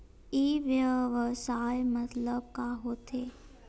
ई व्यवसाय मतलब का होथे?